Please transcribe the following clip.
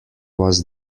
was